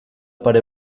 pare